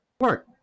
work